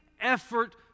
effort